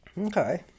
Okay